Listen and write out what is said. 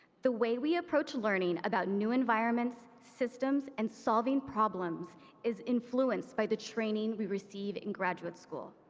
the way we approach learning about new environments, systems, and solving problems is influenced by the training we received in grad yeah school.